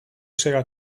sega